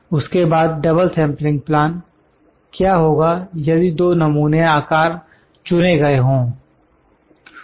उसके बाद double sampling plan क्या होगा यदि दो नमूने आकार चुने गए हो